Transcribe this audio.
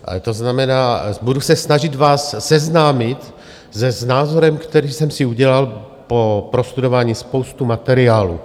Ale to znamená, budu se snažit vás seznámit s názorem, který jsem si udělal po prostudování spousty materiálů.